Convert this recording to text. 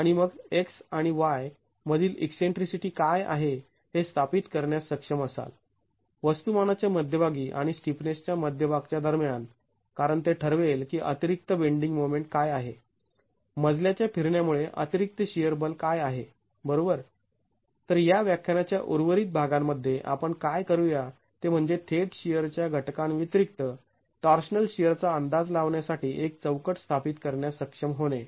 आणि मग x आणि y मधील ईकसेंट्रीसिटी काय आहे हे स्थापित करण्यास सक्षम असाल वस्तुमानाच्या मध्यभागी आणि स्टिफनेसच्या मध्यभागच्या दरम्यान कारण ते ठरवेल की अतिरिक्त बेंडींग मोमेंट काय आहे मजल्याच्या फिरण्या मुळे अतिरिक्त शिअर बल काय आहे बरोबर तर या व्याख्यानाच्या उर्वरित भागांमध्ये आपण काय करुया ते म्हणजे थेट शिअर च्या घटकांव्यतिरिक्त टॉर्शनल शिअरचा अंदाज लावण्यासाठी एक चौकट स्थापित करण्यास सक्षम होणे